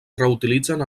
reutilitzen